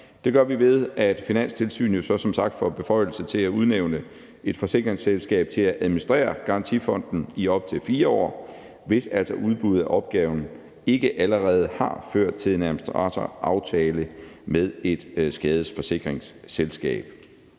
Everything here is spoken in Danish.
Det gør vi, ved at Finanstilsynet jo så som sagt får beføjelse til at udnævne et forsikringsselskab til at administrere Garantifonden i op til 4 år, hvis altså udbuddet af opgaven ikke allerede har ført til en administratoraftale med et skadesforsikringsselskab.